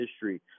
history